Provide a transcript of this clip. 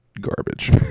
Garbage